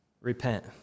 repent